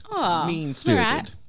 mean-spirited